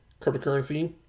cryptocurrency